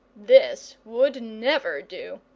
this would never do.